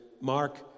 mark